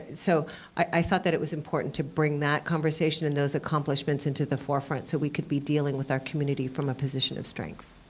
so i thought that it was important to bring that conversation and those accomplishments into the forefront so we could be dealing with our community from a position of strength.